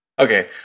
Okay